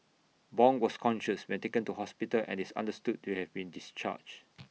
Bong was conscious when taken to hospital and is understood to have been discharged